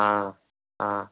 हाँ हाँ